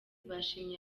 bashimiye